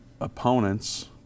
opponents